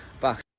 back